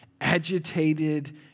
agitated